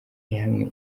ihamye